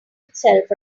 itself